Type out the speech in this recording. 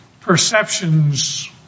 perceptions